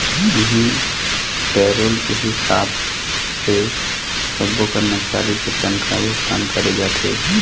इहीं पेरोल के हिसाब से सब्बो करमचारी के तनखा भुगतान करे जाथे